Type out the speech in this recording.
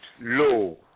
low